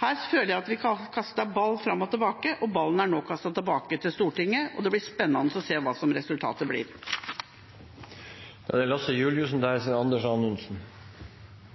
Her føler jeg at vi kaster ball fram og tilbake, og at ballen nå er kastet tilbake til Stortinget. Det blir spennende å se hva resultatet blir.